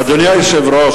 אדוני היושב-ראש,